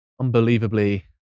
unbelievably